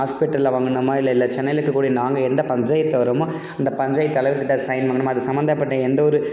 ஹாஸ்பிட்டலில் வாங்கணுமா இல்லை இல்லை சென்னையில் இருக்கக்கூடிய நாங்கள் எந்தப் பஞ்சாயத்தில் வர்றோமோ அந்தப் பஞ்சாயத்து தலைவருக்கிட்ட சைன் வாங்கணுமா அது சம்பந்தப்பட்ட எந்த ஒரு